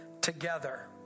together